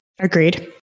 Agreed